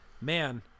man